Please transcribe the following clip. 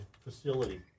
facility